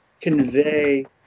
convey